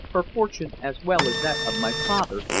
her fortune, as well as that of my father,